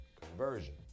Conversion